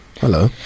hello